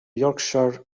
yorkshire